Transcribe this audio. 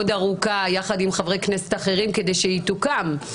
ארוכה יחד עם חברי כנסת אחרים כדי שהיא תוקם,